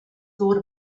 thought